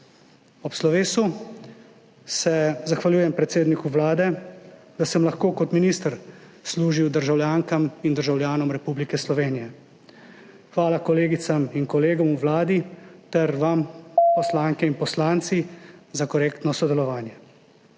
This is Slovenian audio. Ob slovesu se zahvaljujem predsedniku Vlade, da sem lahko kot minister služil državljankam in državljanom Republike Slovenije. Hvala kolegicam in kolegom v vladi ter vam, poslanke in poslanci, za korektno sodelovanje.